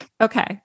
Okay